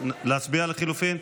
להצביע על לחלופין?